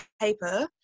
paper